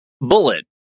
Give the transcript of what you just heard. bullet